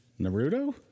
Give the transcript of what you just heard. Naruto